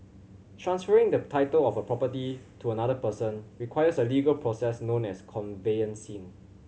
transferring the title of a property to another person requires a legal process known as conveyancing